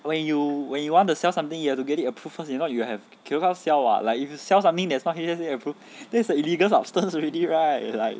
when you when you want to sell something you have to get it approve first if not you have cannot sell [what] like if you sell something that is not H_S_A approved that's the illegal substance already right like